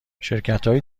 شرکتهای